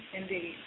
indeed